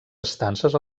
estances